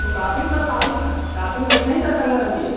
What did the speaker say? तो काशी में सर नादिन काशी में नदी नहीं सर गंगा नदी है